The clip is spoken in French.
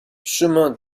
chemin